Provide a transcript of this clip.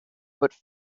but